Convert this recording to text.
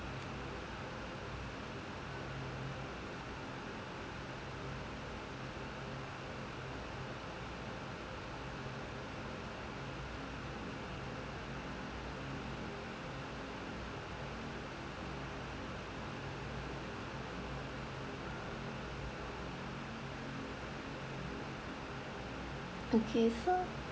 okay so